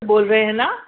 بول رہے ہیں نا